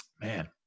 Man